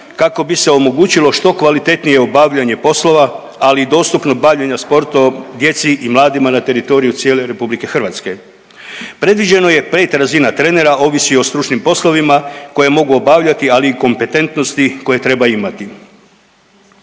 kako bi se omogućilo što kvalitetnije obavljanje poslova, ali i dostupnost bavljenja sportom djeci i mladima na teritoriju cijele RH. Predviđeno je 5 razina trenera, ovisi o stručnim poslovima koje mogu obavljati ali i kompetentnosti koje treba imati.